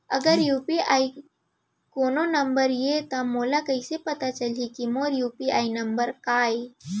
अगर यू.पी.आई कोनो नंबर ये त मोला कइसे पता चलही कि मोर यू.पी.आई नंबर का ये?